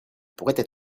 pourraient